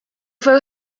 fuego